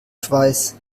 schweiß